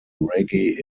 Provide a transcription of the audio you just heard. reggae